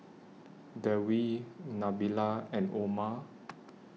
Dewi Nabila and Omar